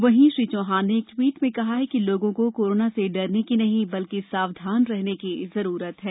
वहीं श्री चौहान ने एक ट्वीट में कहा कि लोगों को कोरोना से डरने की नहीं बल्कि सावधान रहने की जरूरत है